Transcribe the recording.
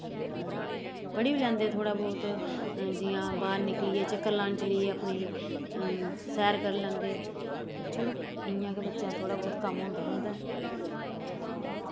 पढ़ी बी लैंदे थोह्ड़ा बौह्त जि'यां बाह्र निकलियै चक्कर लान चली गै अपनी सैर करी लैंदे ते चलो इ'यां गै बच्चें दा थोह्ड़ा बौह्त कम्म होंदा रौंह्दा ऐ